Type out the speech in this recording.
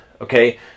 okay